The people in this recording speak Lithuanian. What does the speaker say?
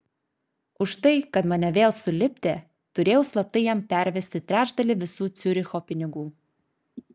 už tai kad mane vėl sulipdė turėjau slaptai jam pervesti trečdalį visų ciuricho pinigų